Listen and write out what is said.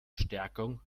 stärkung